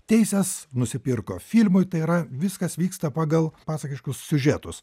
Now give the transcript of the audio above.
teises nusipirko filmui tai yra viskas vyksta pagal pasakiškus siužetus